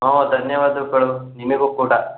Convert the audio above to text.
ಹ್ಞೂ ಧನ್ಯವಾದಗಳು ನಿಮಗು ಕೂಡ